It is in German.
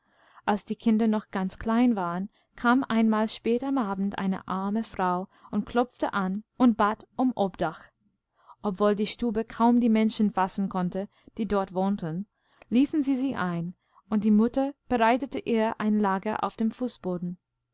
als die kinder noch ganz klein waren kameinmalspätamabendeinearmefrauundklopfteanundbatum obdach obwohl die stube kaum die menschen fassen konnte die dort wohnten ließen sie sie ein und die mutter bereitete ihr ein lager auf dem fußboden